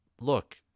look